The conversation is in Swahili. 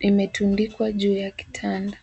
imetundikwa juu ya kitanda.